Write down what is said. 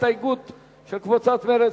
הסתייגות של קבוצת מרצ,